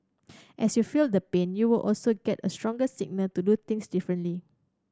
as you feel the pain you will also get a stronger signal to do things differently